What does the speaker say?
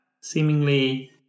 Seemingly